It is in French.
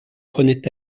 prenait